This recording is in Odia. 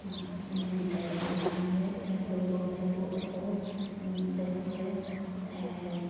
ମିଳିଥାଏ ଆମେ ତେଣୁକରି ବଗିଚାକୁ ବହୁତ ଯତ୍ନରେ ଆମେ